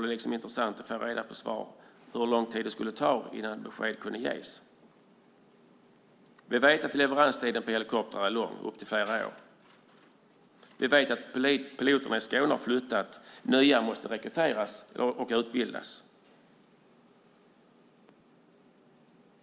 Därför vore det intressant att få ett svar om hur lång tid det tar innan besked kan ges. Vi vet att leveranstiden för helikoptrar är lång, upp till flera år. Vi vet också att piloterna i Skåne har flyttat, så nya piloter måste rekryteras och utbildas.